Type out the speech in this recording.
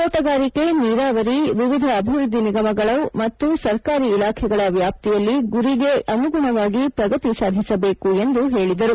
ತೋಣಗಾರಿಕೆ ನೀರಾವರಿ ವಿವಿಧ ಅಭಿವೃದ್ದಿ ನಿಗಮಗಳ ಮತ್ತು ಸರ್ಕಾರಿ ಇಲಾಖೆಗಳ ವ್ಯಾಪ್ತಿಯಲ್ಲಿ ಗುರಿಗೆ ಅನುಗುಣವಾಗಿ ಪ್ರಗತಿ ಸಾಧಿಸಬೇಕು ಎಂದು ಹೇಳಿದರು